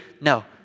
No